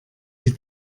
die